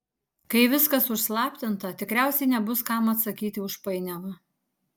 kai viskas užslaptinta tikriausiai nebus kam atsakyti už painiavą